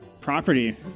Property